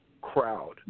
crowd